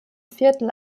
viertel